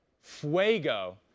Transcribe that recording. Fuego